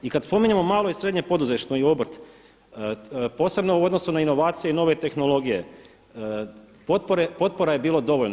I kad spominjemo malo i srednje poduzetništvo i obrt posebno u odnosu na inovacije i nove tehnologije, potpora je bilo dovoljno.